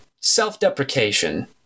self-deprecation